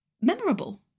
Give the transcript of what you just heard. memorable